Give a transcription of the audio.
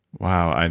wow. and